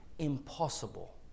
impossible